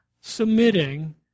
submitting